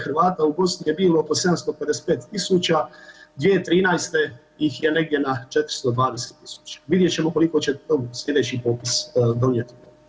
Hrvata Bosni je bilo oko 755.000, 2013. ih je negdje na 420.000, vidjet ćemo koliko će sljedeći popis donijeti.